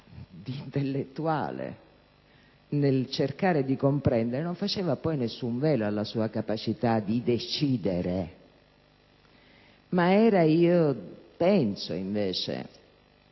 di intellettuale nel cercare di comprendere non faceva poi nessun velo alla sua capacità di decidere ma era - io penso invece